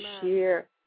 share